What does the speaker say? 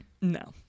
No